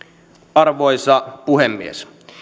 arvoisa puhemies